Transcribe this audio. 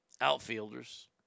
outfielders